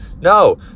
No